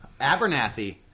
Abernathy